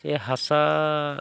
ᱥᱮ ᱦᱟᱥᱟ